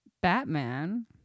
Batman